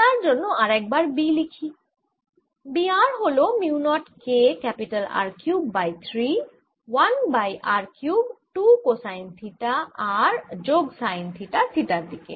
তার জন্য আরেকবার B লিখি B r হল mu naught K R cube by 3 1 by r cube 2 cosine theta r যোগ সাইন থিটা থিটার দিকে